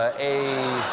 ah a